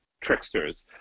tricksters